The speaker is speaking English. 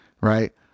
Right